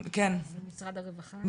אז נעשה ככה: משרד הרווחה,